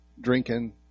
drinking